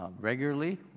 regularly